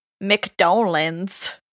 McDonald's